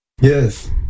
Yes